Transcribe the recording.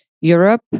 Europe